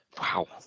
Wow